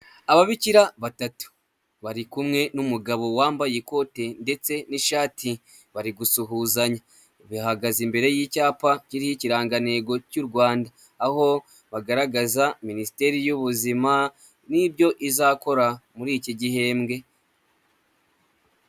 Ababikira batatu, bari kumwe n'umugabo wambaye ikote ndetse n'ishati, bari gusuhuzanya, bahagaze imbere y'icyapa kiriho ikirangantego cy'u Rwanda, aho bagaragaza minisiteri y'ubuzima n'ibyo izakora muri iki gihembwe.